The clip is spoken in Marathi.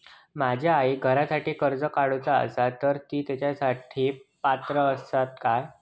माझ्या आईक घरासाठी कर्ज काढूचा असा तर ती तेच्यासाठी पात्र असात काय?